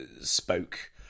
spoke